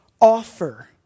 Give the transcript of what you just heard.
offer